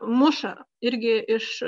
muša irgi iš